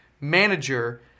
manager